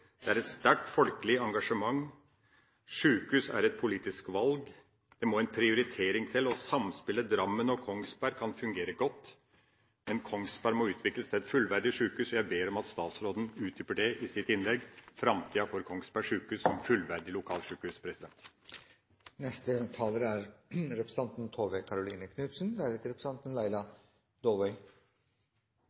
Det er et sterkt folkelig engasjement. Sykehus er et politisk valg. Det må en prioritering til, og samspillet mellom Drammen og Kongsberg kan fungere godt, men Kongsberg må utvikles til et fullverdig sykehus. Jeg ber om at statsråden utdyper det i sitt innlegg. Framtida for Kongsberg sykehus: et fullverdig lokalsykehus. Jeg har undret meg over et ord som er